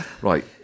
Right